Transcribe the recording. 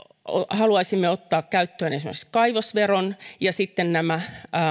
haluaisimme ottaa käyttöön esimerkiksi kaivosveron ja sitten nämä